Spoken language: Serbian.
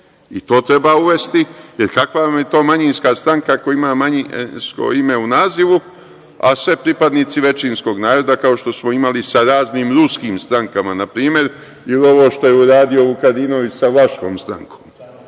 i to treba uvesti, jer kakva vam je to manjinska stranka koja ima manjinsko ime u nazivu, a sve pripadnici većinskog naroda, kao što smo imali sa raznim ruskim strankama, na primer, ili ovo što je uradio Vukadinović sa vlaškom strankom,